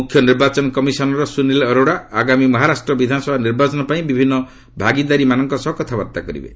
ମୁଖ୍ୟ ନିର୍ବାଚନ କମିଶନର ସୁନୀଲ ଅରୋଡା ଆଗାମୀ ମହାରାଷ୍ଟ୍ର ବିଧାନସଭା ନିର୍ବାଚନ ପାଇଁ ବିଭିନ୍ନ ଭାଗିଦାରୀମାନଙ୍କ ସହ କଥାବାର୍ତ୍ତା କରିବେ